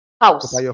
house